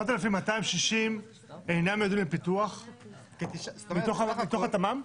8,260 אינם מיועדים לפיתוח מתוך התמ"מ?